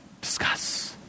Discuss